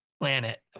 planet